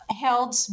held